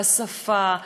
ובשפה,